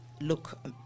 look